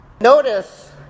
notice